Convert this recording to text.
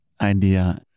idea